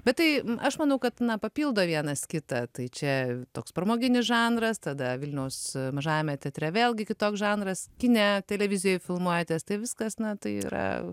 bet tai aš manau kad papildo vienas kitą tai čia toks pramoginis žanras tada vilniaus mažajame teatre vėlgi kitoks žanras kine televizijoj filmuojatės tai viskas na tai yra